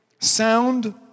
sound